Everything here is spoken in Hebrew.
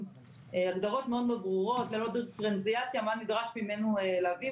הגדרות מאוד ברורות ללא דיפרנציאציה מה נדרש ממנו להביא,